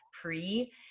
pre